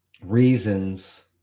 reasons